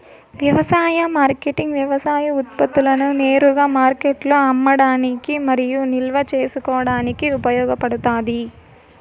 వ్యవసాయ మార్కెటింగ్ వ్యవసాయ ఉత్పత్తులను నేరుగా మార్కెట్లో అమ్మడానికి మరియు నిల్వ చేసుకోవడానికి ఉపయోగపడుతాది